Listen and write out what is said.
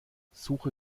suche